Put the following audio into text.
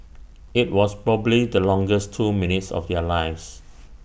IT was probably the longest two minutes of their lives